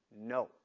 No